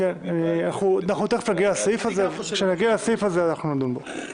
ברביבאי --- כשנגיע לסעיף הזה אנחנו נדון בו.